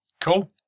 Cool